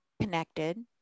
connected